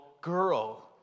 girl